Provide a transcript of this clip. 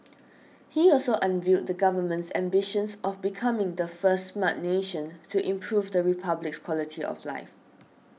he also unveiled the Government's ambitions of becoming the first Smart Nation to improve the Republic's quality of life